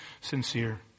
sincere